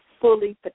fully